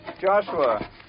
Joshua